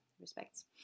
respects